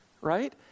right